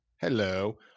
Hello